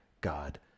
God